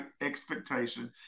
expectation